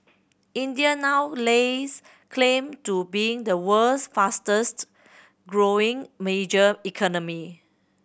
India now lays claim to being the world's fastest growing major economy